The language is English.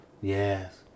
Yes